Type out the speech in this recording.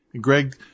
Greg